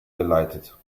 geleitet